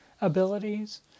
abilities